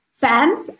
fans